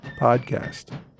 podcast